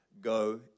Go